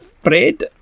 Fred